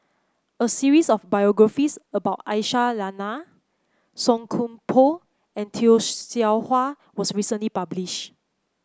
a series of biographies about Aisyah Lyana Song Koon Poh and Tay Seow Huah was recently published